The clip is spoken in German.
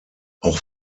auch